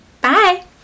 Bye